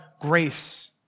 grace